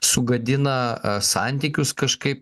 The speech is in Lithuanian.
sugadina santykius kažkaip tai